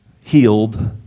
healed